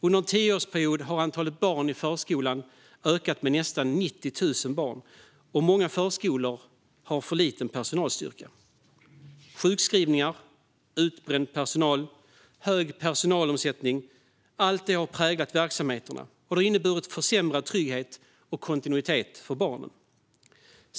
Under en tioårsperiod har antalet barn i förskolan ökat med nästan 90 000, och många förskolor har för liten personalstyrka. Sjukskrivningar, utbränd personal och hög personalomsättning har präglat verksamheterna, och det har inneburit försämrad trygghet och kontinuitet för barnen.